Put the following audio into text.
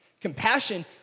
Compassion